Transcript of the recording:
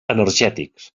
energètics